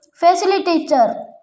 facilitator